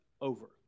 over